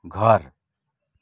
घर